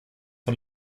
von